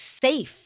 safe